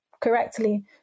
correctly